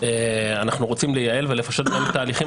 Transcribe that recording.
אנחנו רוצים לייעל ולפשט גם את התהליכים